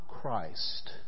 Christ